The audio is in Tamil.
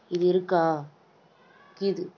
இது இருக்கா கீது